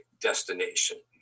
destination